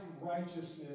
righteousness